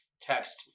text